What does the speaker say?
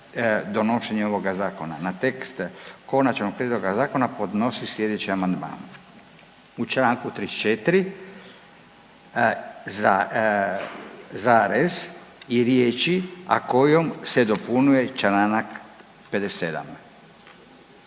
donošenje ovoga zakona. Na tekst konačnog prijedloga zakona podnosi slijedeći amandman. U čl. 34. zarez i riječi a kojom se dopunjuje čl. 57..